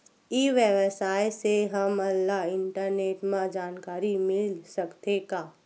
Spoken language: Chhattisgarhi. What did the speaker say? ई व्यवसाय से हमन ला इंटरनेट मा जानकारी मिल सकथे का?